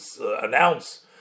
announce